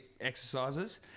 exercises